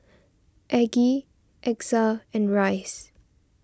Aggie Exa and Rice